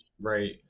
Right